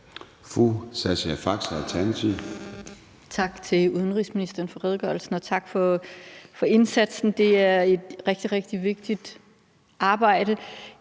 Sascha Faxe (ALT): Tak til udenrigsministeren for redegørelsen, og tak for indsatsen. Det er et rigtig, rigtig vigtigt arbejde.